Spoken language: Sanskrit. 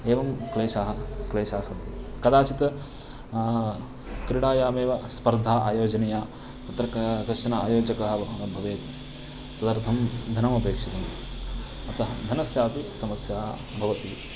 एवं क्लेशाः क्लेशाः सन्ति कदाचित् क्रीडायामेव स्पर्धाः आयोजनीयाः तत्र क कश्चनाः आयोजकाः भवेत् तदर्थं धनमपेक्षितम् अतः धनस्यापि समस्या भवति